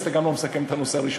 אז אתה גם לא מסכם את הנושא הראשון,